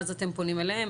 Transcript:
ואז אתם פונים אליהם.